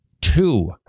Two